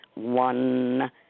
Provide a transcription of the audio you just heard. One